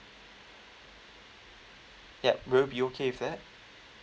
yup will you be okay with that